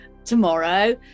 tomorrow